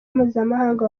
mpuzamahanga